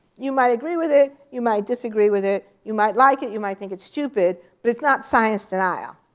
you might agree with it, you might disagree with it. you might like it, you might think it's stupid, but it's not science denial.